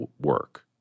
work